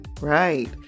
right